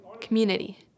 community